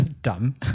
Dumb